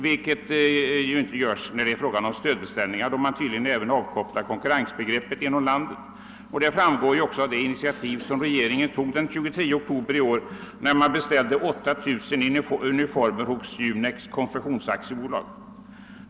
Dessa bestämmelser följs inte när det är fråga om stödbeställningar, då man tydligen även avkopplar konkurrensbegreppet inom landet. Detta visar även det initiativ som regeringen tog den 23 oktober i år genom att beställa 8 000 uniformer hos Junex konfektions AB.